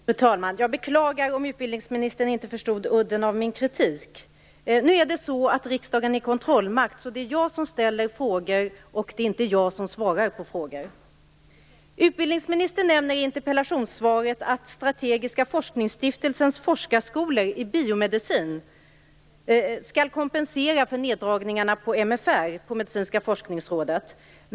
Fru talman! Jag beklagar om utbildningsministern inte förstod udden av min kritik. Nu är det så att riksdagen är kontrollmakt, så det är jag som ställer frågor. Det är inte jag som svarar på frågor. Utbildningsministern nämner i interpellationssvaret att Strategiska forskningsstiftelsens forskarskolor i biomedicin skall kompensera för neddragningarna på Medicinska forskningsrådet.